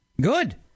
Good